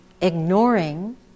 ignoring